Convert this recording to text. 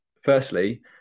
Firstly